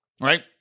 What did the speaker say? Right